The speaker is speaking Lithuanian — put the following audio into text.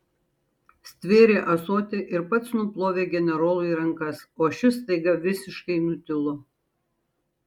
stvėrė ąsotį ir pats nuplovė generolui rankas o šis staiga visiškai nutilo